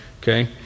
Okay